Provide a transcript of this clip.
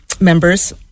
members